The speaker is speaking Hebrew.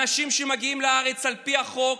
אנשים מגיעים לארץ על פי החוק,